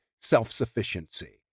self-sufficiency